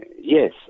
yes